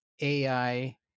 AI